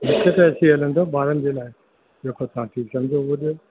मूंखे त A C हलंदो ॿारनि जे लाइ जेको तव्हां ठीकु समुझो उहो ॾियो